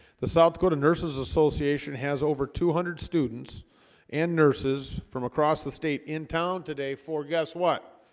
the south dakota nurses association has over two hundred students and nurses from across the state in town today for guess what?